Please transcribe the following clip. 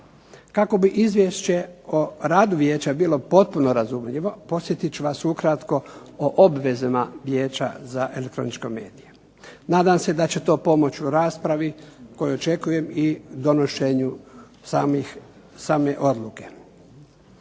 Kako bi Izvješće o radu vijeća bilo potpuno razumljivo podsjetit ću vas ukratko o obvezama Vijeća za elektroničko medije. Nadam se da će to pomoći u raspravi koju očekujem i donošenju same odluke.